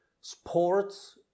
sports